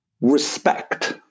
respect